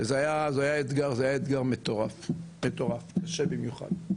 וזה היה אתגר מטורף, מטורף, קשה במיוחד.